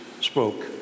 spoke